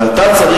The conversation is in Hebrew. ואתה צריך,